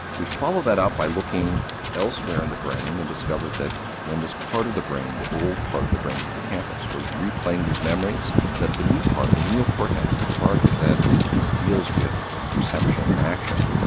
we follow that up by looking elsewhere in the brain and discovered that when this part of the brain, the old part of the brain, the hippocampus, was replaying these memories that the new part, the neocortex, the part that deals with perception and action,